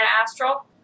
astral